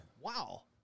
Wow